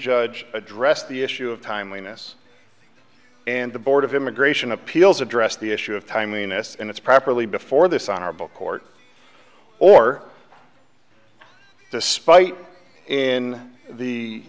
judge addressed the issue of timeliness and the board of immigration appeals addressed the issue of timeliness and its properly before this honorable court or despite in the